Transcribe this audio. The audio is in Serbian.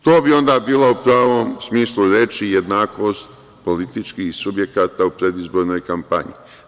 To bi onda bilo u pravom smislu reči jednakost političkih subjekata u predizbornoj kampanji.